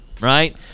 Right